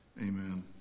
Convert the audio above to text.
Amen